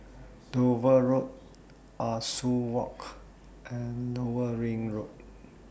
Dover Road Ah Soo Walk and Lower Ring Road